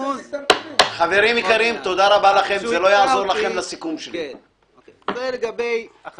ברשותך, תציג את הנתונים.